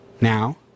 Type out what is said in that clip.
now